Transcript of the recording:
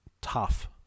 tough